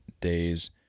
days